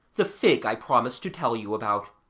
the fig i promised to tell you about.